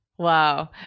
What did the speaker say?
Wow